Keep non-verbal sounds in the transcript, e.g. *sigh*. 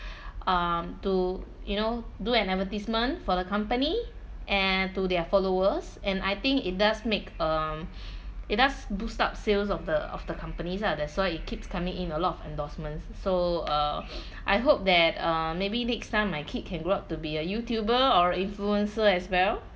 *breath* um to you know do an advertisement for the company and to their followers and I think it does make um *breath* it does boost up sales of the of the companies ah that's why it keeps coming in a lot of endorsements so uh *noise* I hope that uh maybe next time my kid can grow up to be a YouTuber or influencer as well